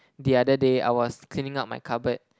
the other day I was cleaning up my cupboard